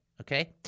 okay